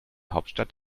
hauptstadt